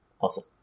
Awesome